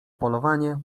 polowanie